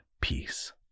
peace